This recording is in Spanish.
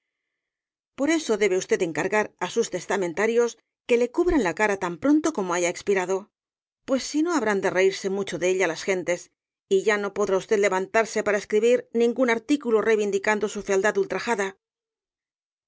por eso debe usted encargar á sus testamentarios que le cubran la cara tan pronto como haya expirado pues si no habrán de reírse mucho de ella las gentes y ya no podrá usted levantarse para escribir ningún artículo reivindicando su fealdad ultrajada